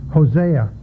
Hosea